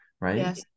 right